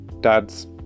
dad's